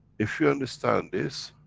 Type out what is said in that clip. if you understand this,